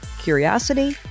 curiosity